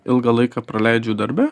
ilgą laiką praleidžiu darbe